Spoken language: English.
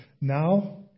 now